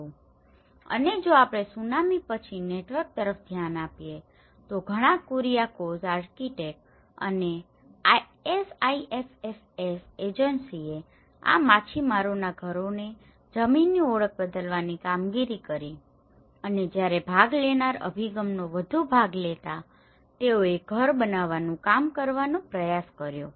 અને જો આપણે સુનામી પછી નેટવર્ક તરફ ધ્યાન આપીએ તો ઘણા કુરિઆકોઝ આર્કિટેક્ટ અને SIFFS એજન્સીએ આ માછીમારોના ઘરોને આ જમીનની ઓળખ બદલવાની કામગીરી કરી છે અને જ્યારે ભાગ લેનાર અભિગમનો વધુ ભાગ લેતા તેઓએ ઘર બનાવવાનું કામ કરવાનો પ્રયાસ કર્યો હતો